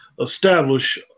establish